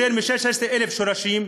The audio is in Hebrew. יותר מ-16,000 שורשים,